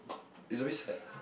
is a bit sad